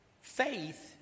Faith